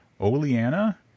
Oleana